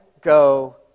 go